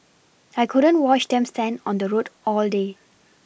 I couldn't watch them stand on the road all day